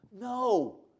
No